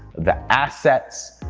the assets,